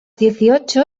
dieciocho